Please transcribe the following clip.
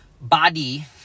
body